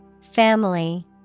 Family